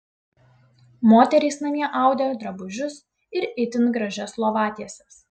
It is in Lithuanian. moterys namie audė drabužius ir itin gražias lovatieses